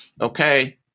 Okay